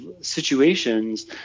situations